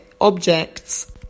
objects